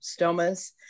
stomas